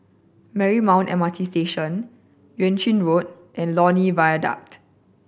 Marymount M R T Station Yuan Ching Road and Lornie Viaduct